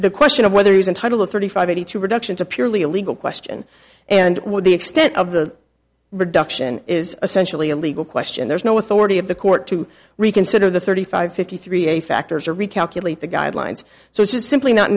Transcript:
the question of whether he's entitled thirty five eighty two reduction to purely a legal question and what the extent of the reduction is essentially a legal question there's no authority of the court to reconsider the thirty five fifty three a factors or recalculate the guidelines so it is simply not